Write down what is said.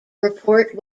report